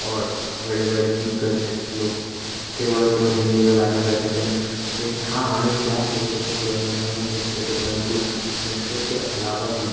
और बड़े बड़े दिग्गज लोग केवल और केवल हिन्दी में भाषा करते थे हाँ हमें भी ज्ञात है कि सब से पुरानी भाषा हमारी संस्कृत है परंतु संस्कृत के अलावा भी